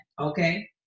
Okay